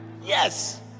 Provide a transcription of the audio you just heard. Yes